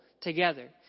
together